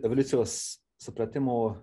evoliucijos supratimo